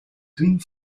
doing